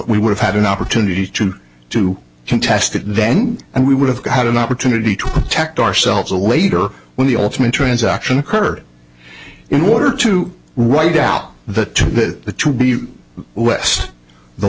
we would have had an opportunity to to contest it then and we would have had an opportunity to check ourselves a later when the ultimate transaction occurred in order to write out the to the to be west the